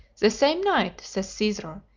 the same night, says caesar,